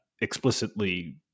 explicitly